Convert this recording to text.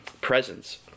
presence